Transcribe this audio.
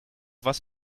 was